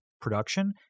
production